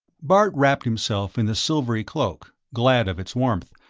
bart wrapped himself in the silvery cloak, glad of its warmth,